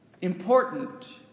important